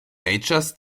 majors